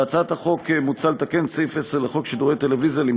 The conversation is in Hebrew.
בהצעת החוק מוצע לתקן את סעיף 10 בחוק שידורי טלוויזיה (כתוביות